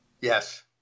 Yes